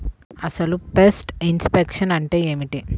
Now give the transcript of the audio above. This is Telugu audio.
అసలు పెస్ట్ ఇన్ఫెక్షన్ అంటే ఏమిటి?